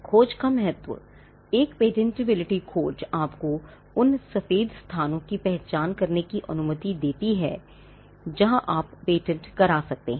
खोज का महत्व एक पेटेंटबिलिटी खोज आपको उन सफेद स्थानों की पहचान करने की अनुमति देती है जहां आप पेटेंट करा सकते हैं